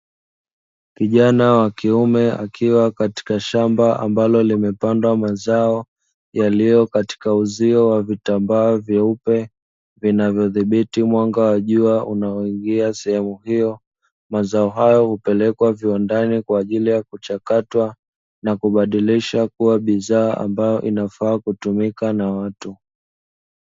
Kijana wakiume akiwa katika shamba ambalo limepandwa mazao yaliyo katika uzio wa vitambaa vyeupe vinavyodhibiti mwanga wa jua unaoingia sehemu hiyo. Mazao hayo hupelekwa viwandani kwa ajili ya kuchakatwa na kubadilisha kuwa bidhaa ambayo inafaa kutumiwa na watu.